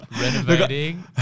Renovating